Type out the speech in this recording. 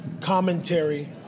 commentary